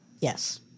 Yes